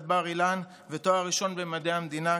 בר-אילן ותואר ראשון במדעי המדינה,